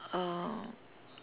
uh